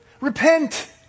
Repent